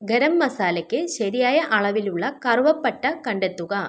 ഗരം മസാലയ്ക്ക് ശരിയായ അളവിലുള്ള കറുവപ്പട്ട കണ്ടെത്തുക